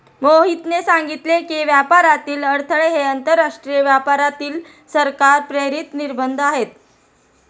मोहितने सांगितले की, व्यापारातील अडथळे हे आंतरराष्ट्रीय व्यापारावरील सरकार प्रेरित निर्बंध आहेत